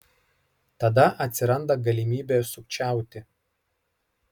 tada atsiranda galimybė sukčiauti